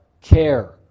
care